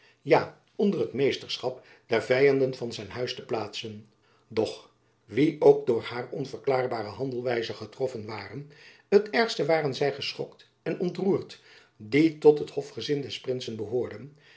ja onder het meesterschap der vyanden van zijn huis te plaatsen doch wie ook door haar onverklaarbare handelwijze getroffen waren het ergst waren zy geschokt en ontroerd die tot het hofgezin des prinsen behoorden